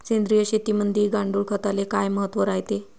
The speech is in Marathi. सेंद्रिय शेतीमंदी गांडूळखताले काय महत्त्व रायते?